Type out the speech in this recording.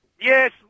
Yes